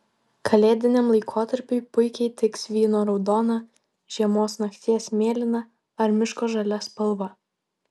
kalėdiniam laikotarpiui puikiai tiks vyno raudona žiemos nakties mėlyna ar miško žalia spalva